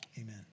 amen